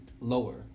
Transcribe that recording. lower